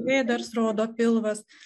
vėdars rodo pilvas